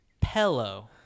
pillow